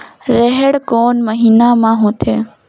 रेहेण कोन महीना म होथे?